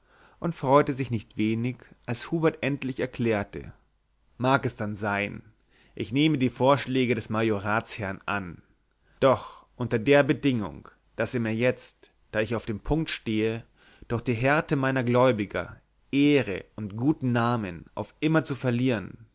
und freute sich nicht wenig als hubert endlich erklärte mag es dann sein ich nehme die vorschläge des majoratsherrn an doch unter der bedingung daß er mir jetzt da ich auf dem punkt stehe durch die härte meiner gläubiger ehre und guten namen auf immer zu verlieren